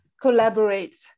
collaborate